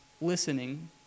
listening